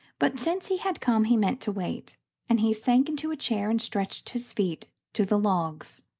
but since he had come he meant to wait and he sank into a chair and stretched his feet to the logs.